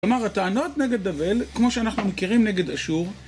כלומר הטענות נגד בבל, כמו שאנחנו מכירים נגד אשור...